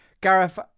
Gareth